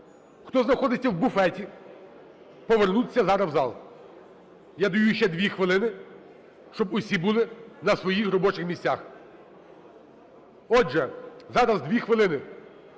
хто знаходиться в буфеті, повернутися зараз в зал. Я даю ще 2 хвилини, щоб усі були на своїх робочих місцях. Отже, зараз 2 хвилини